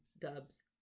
dubs